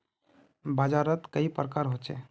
बाजार त कई प्रकार होचे?